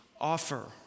offer